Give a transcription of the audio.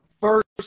first